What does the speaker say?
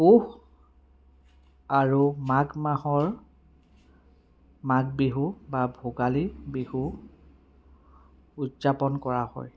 পুহ আৰু মাঘ মাহৰ মাঘ বিহু বা ভোগালী বিহু উদযাপন কৰা হয়